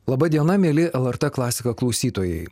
laba diena mieli lrt klasika klausytojai